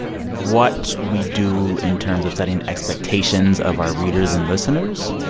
what we do in terms of setting expectations of our readers and listeners.